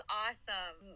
awesome